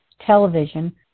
television